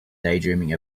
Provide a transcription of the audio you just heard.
daydreaming